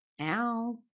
Ow